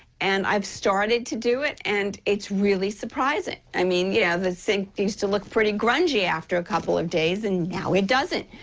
and i started to do it and it's really surprising. i mean yeah the sinks used to look pretty grungy after a couple days, and now it doesn't.